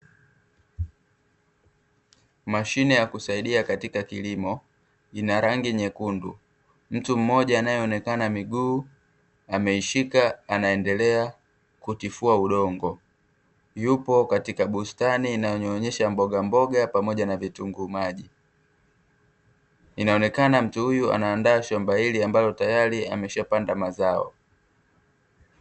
Mashine ya kusaidia katika kilimo ina rangi nyekundu. Mtu mmoja anayeonekana miguu ameishika anaendelea kutifua udongo, yupo katika bustani inayoonyesha mbogamboga pamoja na vitunguu maji. Inaonekana mtu huyu anaandaa shamba hili ambalo tayari ameshapanda mazao.